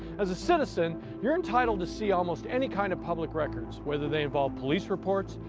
as a citizen, you are entitled to see almost any kind of public records whether they involve police reports,